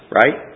right